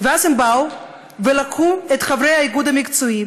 ואז הם באו ולקחו את חברי האיגוד המקצועי,